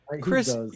Chris